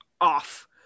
off